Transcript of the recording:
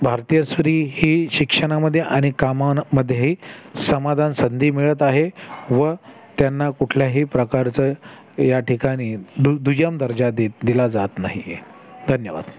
भारतीय स्त्री ही शिक्षणामध्ये अनेक कामांमध्ये समाधान संधी मिळत आहे व त्यांना कुठल्याही प्रकारचं या ठिकाणी दु दुय्यम दर्जा देत दिला जात नाही आहे धन्यवाद